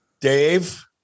Dave